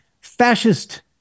fascist